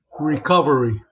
Recovery